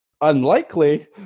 Unlikely